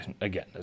again